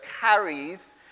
carries